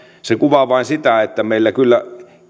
se kuvaa vain sitä että meillä kyllä